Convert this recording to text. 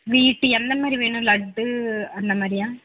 sweet எந்த மாதிரி வேணும் லட்டு அந்த மாதிரியா